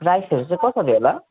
प्राइसहरू चाहिँ कसरी होला